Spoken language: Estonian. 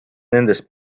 nendest